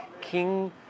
King